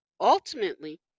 Ultimately